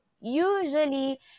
usually